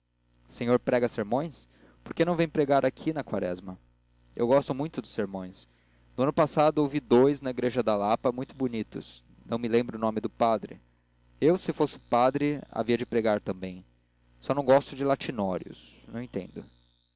senhor prega sermões por que não vem pregar aqui na quaresma eu gosto muito de sermões no ano passado ouvi dous na igreja da lapa muito bonitos não me lembra o nome do padre eu se fosse padre havia de pregar também só não gosto dos latinórios não entendo